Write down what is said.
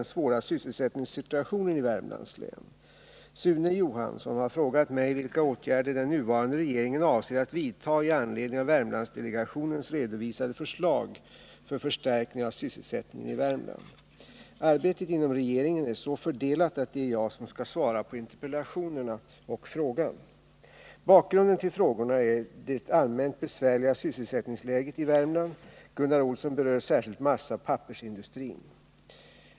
Sune Johansson har frågat mig vilka åtgärder den nuvarande regeringen avser att vidtaga i anledning av Värmlandsdelegationens redovisade förslag till förstärkning av sysselsättningen i Värmland. Arbetet inom regeringen är så fördelat att det är jag som skall svara på interpellationerna och frågan. Bakgrunden till frågorna är det allmänt besvärliga sysselsättningsläget i Värmland. Gunnar Olsson berör särskilt massaoch pappersindustrin.